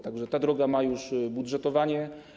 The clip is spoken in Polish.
Tak że ta droga ma już budżetowanie.